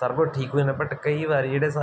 ਸਾਰਾ ਕੁਝ ਠੀਕ ਹੋ ਜਾਂਦਾ ਬਟ ਕਈ ਵਾਰੀ ਜਿਹੜੇ ਸ